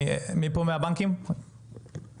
בבקשה